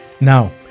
Now